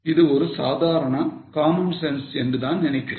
இது ஒரு சாதாரண common sense என்றுதான் நினைக்கிறேன்